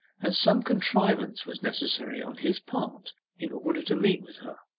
and some contrivance was necessary on his part in order to meet with her.